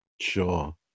Sure